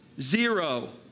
Zero